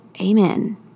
Amen